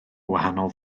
wahanol